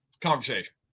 conversation